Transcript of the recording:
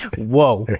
whoa!